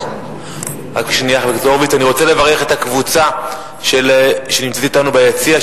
את הקבוצה שנמצאת אתנו ביציע,